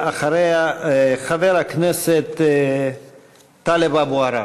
אחריה, חבר הכנסת טלב אבו עראר.